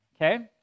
okay